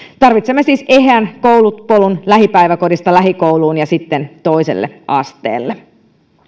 tarvitsemme siis eheän koulupolun lähipäiväkodista lähikouluun ja sitten toiselle asteelle